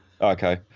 Okay